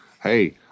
hey